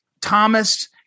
Thomas